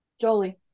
Jolie